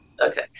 Okay